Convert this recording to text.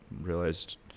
realized